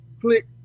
click